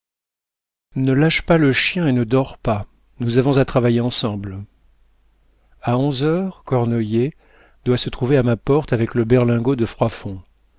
ne lâche pas le chien et ne dors pas nous avons à travailler ensemble a onze heures cornoiller doit se trouver à ma porte avec le berlingot de froidfond